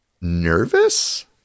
nervous